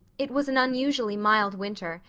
it was an unusually mild winter,